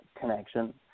connection